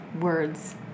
words